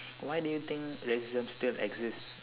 why do you think racism still exists